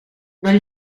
non